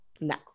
No